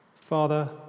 Father